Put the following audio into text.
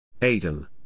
Aiden